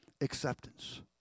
acceptance